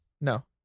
No